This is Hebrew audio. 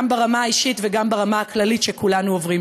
גם ברמה האישית וגם ברמה הכללית שכולנו עוברים.